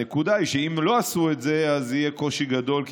הנקודה היא שאם לא עשו את זה יהיה קושי גדול,